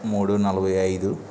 మూడు నలభై ఐదు